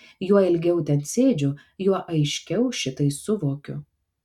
juo ilgiau ten sėdžiu juo aiškiau šitai suvokiu